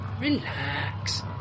Relax